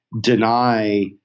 deny